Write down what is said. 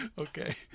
Okay